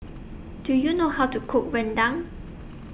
Do YOU know How to Cook Rendang